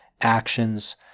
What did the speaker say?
actions